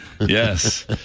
Yes